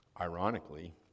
Ironically